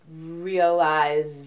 realize